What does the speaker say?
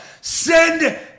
Send